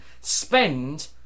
spend